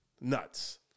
Nuts